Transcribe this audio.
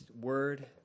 word